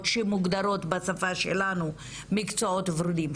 שמוגדרים בשפה שלנו מקצועות ורודים,